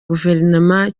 guverinoma